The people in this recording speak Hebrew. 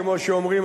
כמו שאומרים,